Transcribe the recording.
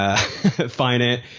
Finance